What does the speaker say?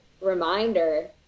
reminder